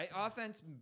Offense